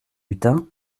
hutin